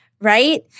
Right